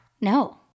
No